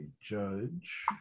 judge